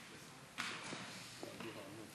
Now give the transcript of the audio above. אדוני היושב-ראש,